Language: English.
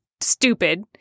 stupid